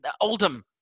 Oldham